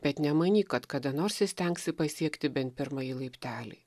bet nemanyk kad kada nors įstengsi pasiekti bent pirmąjį laiptelį